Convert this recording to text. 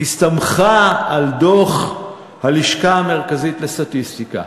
הסתמכה על דוח הלשכה המרכזית לסטטיסטיקה,